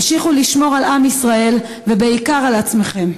המשיכו לשמור על עם ישראל, ובעיקר, על עצמכם.